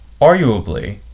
Arguably